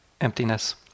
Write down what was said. emptiness